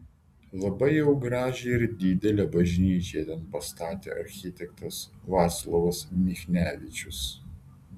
labai jau gražią ir didelę bažnyčią ten pastatė architektas vaclovas michnevičius